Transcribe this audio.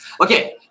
Okay